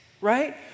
right